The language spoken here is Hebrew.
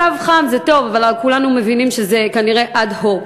קו חם זה טוב, אבל כולנו מבינים שזה כנראה אד-הוק.